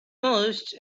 most